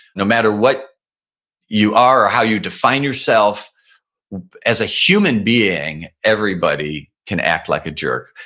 no matter what you are or how you define yourself as a human being, everybody can act like a jerk.